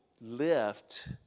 lift